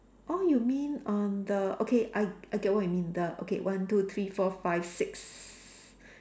oh you mean on the okay I I get what you mean the okay one two three four five six